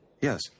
Yes